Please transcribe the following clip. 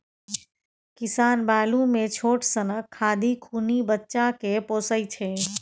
किसान बालु मे छोट सनक खाधि खुनि बच्चा केँ पोसय छै